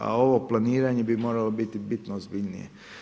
A ovo planiranje bi moralo biti bitno ozbiljnije.